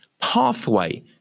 pathway